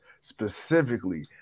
specifically